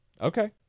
okay